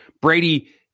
Brady